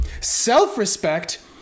self-respect